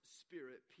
spirit